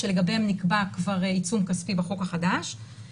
שלגביהם נקבע כבר עיצום כספי בחוק החדש,